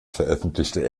veröffentlichte